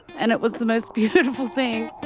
and it was the most beautiful thing.